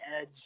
edge